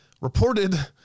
reported